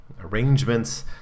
arrangements